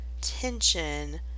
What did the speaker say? tension